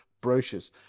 brochures